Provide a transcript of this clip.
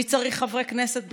מי צריך חברי כנסת בכלל?